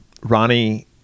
Ronnie